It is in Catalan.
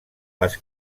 les